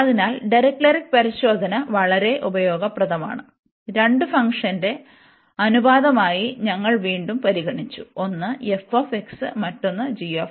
അതിനാൽ ഡിറിക്ലെറ്റ് പരിശോധന വളരെ ഉപയോഗപ്രദമാണ് രണ്ട് ഫംഗ്ഷന്റെ അനുപാതമായി ഞങ്ങൾ വീണ്ടും പരിഗണിച്ചു ഒന്ന് f മറ്റൊന്ന് g